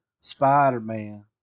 spider-man